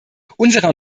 unserer